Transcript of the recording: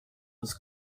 was